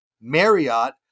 Marriott